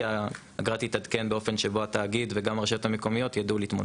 כי האגרה תתעדכן באופן שבו התאגיד וגם הרשויות המקומיות ידעו להתמודד.